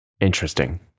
Interesting